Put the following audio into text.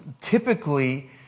Typically